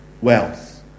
wealth